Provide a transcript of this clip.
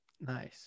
Nice